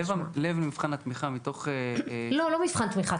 לב מבחן התמיכה --- לא, לא מבחן תמיכה.